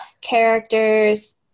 characters